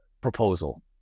proposal